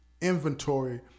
inventory